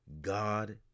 God